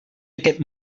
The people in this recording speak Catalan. aquest